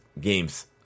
games